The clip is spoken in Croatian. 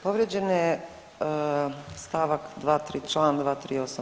Povrijeđen je stavak 23, Član 238.